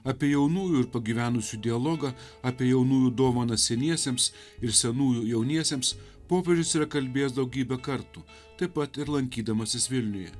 apie jaunųjų ir pagyvenusių dialogą apie jaunųjų dovana seniesiems ir senųjų jauniesiems popierius yra kalbėjęs daugybę kartų taip pat ir lankydamasis vilniuje